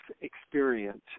experience